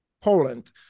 Poland